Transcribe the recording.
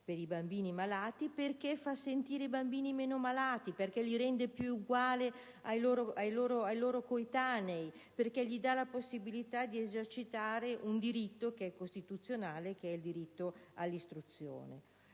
per i bambini malati, perché fa sentire i bambini meno malati, perché li rende più uguali ai loro coetanei, perché dà loro la possibilità di esercitare un diritto che è costituzionale, quale quello all'istruzione.